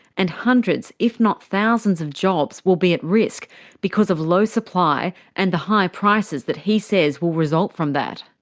and hundreds, if not thousands of jobs will be at risk because of low supply and the high prices that he says will result from that.